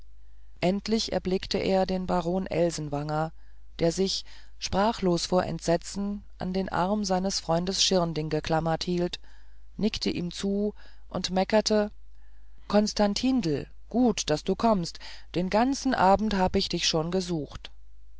endlich erblickte er den baron elsenwanger der sich sprachlos vor entsetzen an den arm seines freundes schirnding geklammert hielt nickte ihm zu und meckerte konstantindl gut daß du kommst den ganzen abend hab ich dich schon gesucht